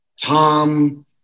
Tom